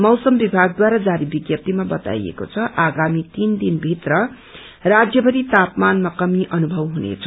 मौसम विभागद्वारा जारी विज्ञप्तीमा बताइएको छ आगामी तीन दिन भत्र राज्यभरि तापमानमा कमी अनुभव हुनेछ